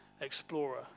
explorer